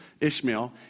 Ishmael